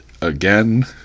again